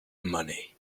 money